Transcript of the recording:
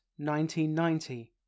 1990